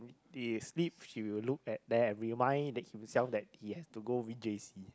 he sleep she will look at there and remind himself that he has to go v_j_c